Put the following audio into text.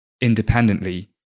independently